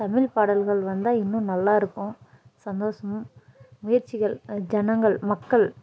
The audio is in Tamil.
தமிழ் பாடல்கள் வந்தா இன்னும் நல்லாருக்கும் சந்தோசம் முயற்சிகள் ஜனங்கள் மக்கள்